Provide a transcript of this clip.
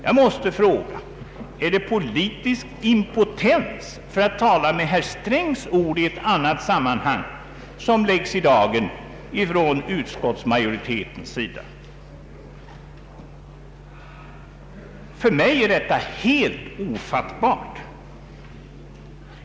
Jag måste fråga: Är det politisk impotens, för att tala med herr Strängs ord i ett annat sammanhang, som läggs i dagen från utskottsmajoritetens sida? För mig är detta helt ofattbart.